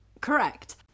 Correct